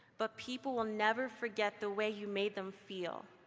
but people will never forget the way you made them feel.